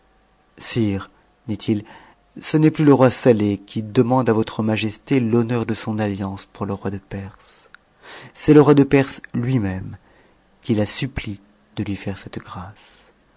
dit-il ce n'est plus le roi sateh qui demande à voire majesté l'honneur de son atliance pour le roi de perse c'est le roi de perse lui-même qui la supplie de lui faire cette grâce